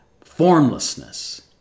formlessness